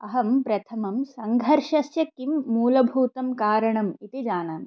अहं प्रथमं सङ्घर्षस्य किं मूलभूतं कारणम् इति जानामि